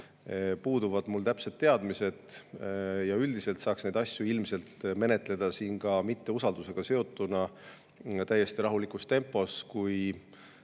puuduvad mul täpsed teadmised. Üldiselt saaks neid asju ilmselt menetleda siin ka mitte usaldusega seotuna täiesti rahulikus tempos, kui,